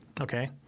Okay